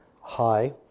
high